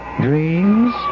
dreams